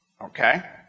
Okay